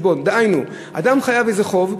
דהיינו, אדם חייב איזה חוב.